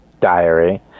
diary